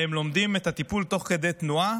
והם לומדים את הטיפול תוך כדי תנועה.